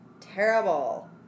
Terrible